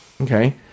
Okay